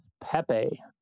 Pepe